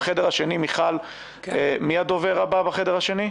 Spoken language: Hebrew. מיכל, מי הדובר הבא בחדר השני?